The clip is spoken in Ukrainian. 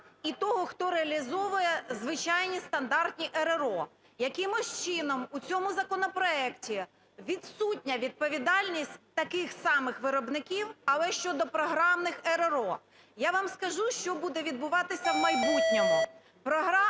і того, хто реалізовує, звичайні стандартні РРО. Якимось чином у цьому законопроекті відсутня відповідальність таких самих виробників, але щодо програмних РРО. Я вам скажу, що буде відбуватися в майбутньому.